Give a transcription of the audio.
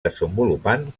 desenvolupant